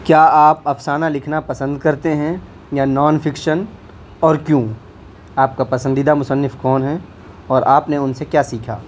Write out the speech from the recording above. کیا آپ افسانہ لکھنا پسند کرتے ہیں یا نون فکشن اور کیوں آپ کا پسندیدہ مصنف کون ہے اورآپ نے ان سے کیا سیکھا